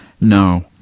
No